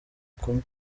kumwe